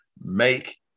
Make